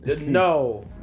no